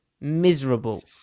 miserable